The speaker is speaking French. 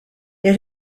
est